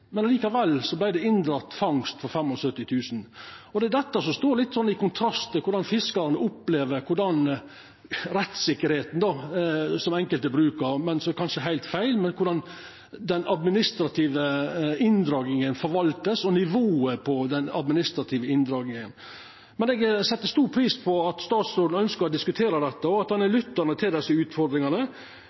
men likevel vart det inndrege fangst for 75 000 kr. Det er dette som står litt i kontrast til korleis fiskarane opplever «rettssikkerheita» til enkelte, som kanskje er heilt feil, og korleis den administrative inndraginga vert forvalta og nivået på den administrative inndraginga. Eg set stor pris på at statsråden ønskjer å diskutera dette, og at han er lyttande til desse utfordringane.